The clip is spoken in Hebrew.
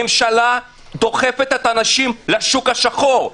הממשלה דוחפת את האנשים לשוק השחור.